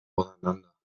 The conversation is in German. auseinander